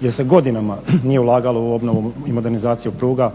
jer se godinama nije ulagalo u obnovu i modernizaciju pruga.